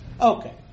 Okay